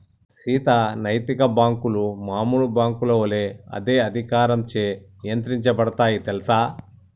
సీత నైతిక బాంకులు మామూలు బాంకుల ఒలే అదే అధికారంచే నియంత్రించబడుతాయి తెల్సా